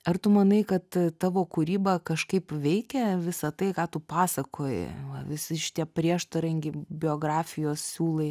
ar tu manai kad tavo kūryba kažkaip veikia visą tai ką tu pasakoji va visi šitie prieštaringi biografijos siūlai